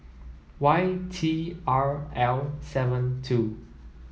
Y T R L seven two